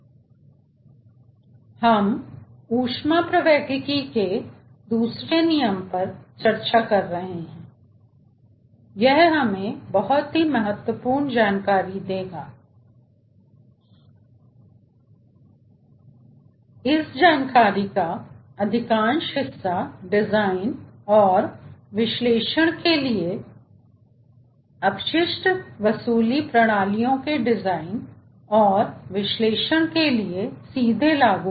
तो हम ऊष्मप्रवैगिकी के दूसरे नियम पर चर्चा कर रहे हैं और यह हमें बहुत महत्वपूर्ण जानकारी देगा और इस जानकारी का अधिकांश हिस्सा डिज़ाइन और विश्लेषण के लिए अपशिष्ट वसूली प्रणालियों के डिज़ाइन और विश्लेषण के लिए सीधे लागू होगा